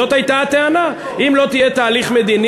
זאת הייתה הטענה: אם לא יהיה תהליך מדיני,